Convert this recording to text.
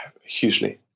hugely